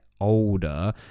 older